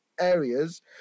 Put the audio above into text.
areas